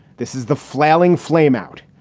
this is the flailing flameout.